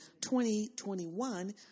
2021